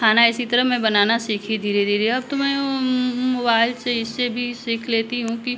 खाना इसी तरह मैं बनाना सीखी धीरे धीरे अब तो मैं मोबाइल से इससे भी सीख लेती हूँ कि